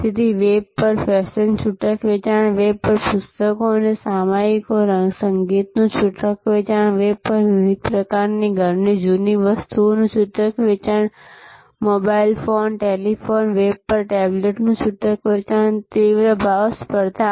તેથી વેબ પર ફેશન છૂટક વેચાણ વેબ પર પુસ્તકો અને સામયિકો અને સંગીતનું છૂટક વેચાણ વેબ પર વિવિધ પ્રકારની ઘરની જૂની વસ્તુઓનું છૂટક વેચાણ મોબાઇલ ફોન ટેલિફોન વેબ પર ટેબ્લેટનું છૂટક વેચાણ તીવ્ર ભાવ સ્પર્ધા